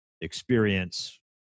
experience